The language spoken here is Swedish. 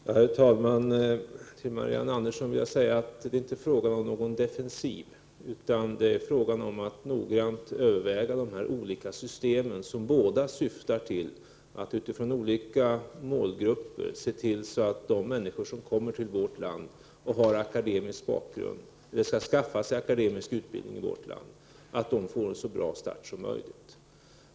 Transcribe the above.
Herr talman! Till Marianne Andersson vill jag säga att det inte är fråga om någon defensiv, utan om att noggrant överväga dessa olika system som båda syftar till att för olika målgrupper se till att de människor som kommer till vårt land och har akademisk bakgrund eller skall skaffa sig akademisk utbildning i vårt land får en så bra start som möjligt.